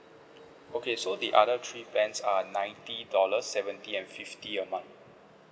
okay so the other three plans are ninety dollars seventy and fifty a month